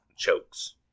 chokes